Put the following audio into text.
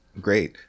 Great